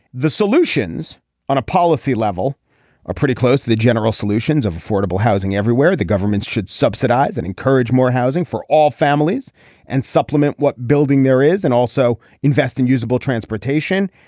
the solutions on a policy level are pretty close to the general solutions of affordable housing everywhere the governments should subsidize and encourage more housing for all families and supplement what building there is and also invest in usable transportation.